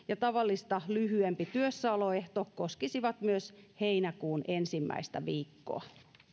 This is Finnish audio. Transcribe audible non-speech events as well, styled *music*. *unintelligible* ja tavallista lyhyempi työssäoloehto koskisivat myös heinäkuun ensimmäistä viikkoa